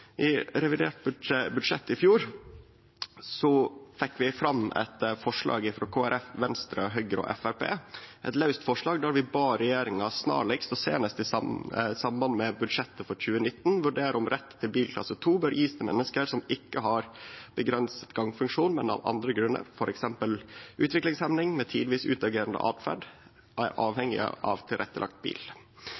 Ved revidert budsjett i fjor fekk vi fram eit forslag frå Kristeleg Folkeparti, Venstre, Høgre og Framstegspartiet, eit laust forslag, der vi bad regjeringa «snarligst, og senest i samband med budsjettet for 2019, vurdere om rett til bilstøtte klasse 2 også bør gis til mennesker som ikke har sterkt begrenset gangfunksjon, men som av andre grunner, for eksempel utviklingshemming med tidvis